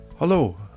Hello